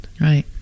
Right